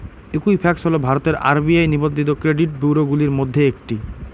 Equifax হল ভারতের RBI নিবন্ধিত ক্রেডিট ব্যুরোগুলির মধ্যে একটি